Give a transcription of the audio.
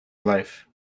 life